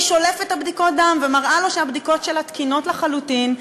היא שולפת את בדיקות הדם ומראה לו שהבדיקות שלה תקינות לחלוטין,